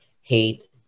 hate